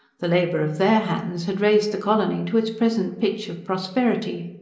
the labour of their hands had raised the colony to its present pitch of prosperity.